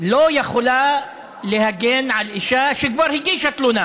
לא יכולה להגן על אישה שכבר הגישה התלונה